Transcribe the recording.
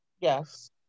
Yes